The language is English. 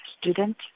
student